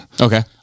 Okay